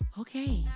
okay